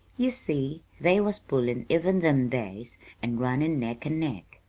you see, they was pullin' even them days and runnin' neck and neck.